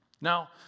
Now